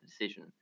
decision